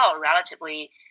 relatively